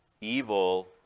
evil